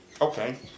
Okay